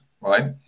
right